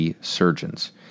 surgeons